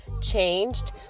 changed